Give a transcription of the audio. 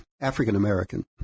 African-American